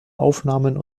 aufnahmen